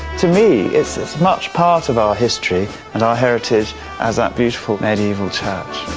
to me, it's as much part of our history and our heritage as that beautiful medieval church.